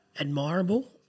admirable